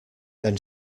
then